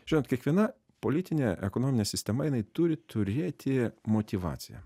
žinot kiekviena politinė ekonominė sistema jinai turi turėti motyvaciją